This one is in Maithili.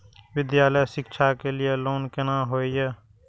विद्यालय शिक्षा के लिय लोन केना होय ये?